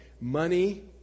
money